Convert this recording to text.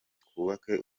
twubake